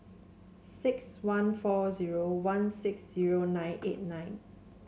six one four zero one six zero nine eight nine